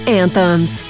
anthems